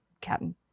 Captain